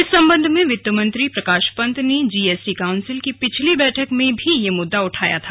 इस संबंध में वित्त मंत्री प्रकाश पंत ने जीएसटी काउंसिल की पिछली बैठक में भी यह मुद्दा उठाया था